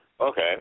Okay